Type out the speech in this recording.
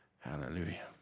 Hallelujah